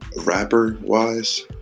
rapper-wise